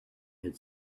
had